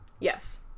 Yes